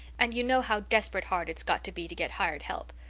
and you know how desperate hard it's got to be to get hired help.